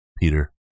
Peter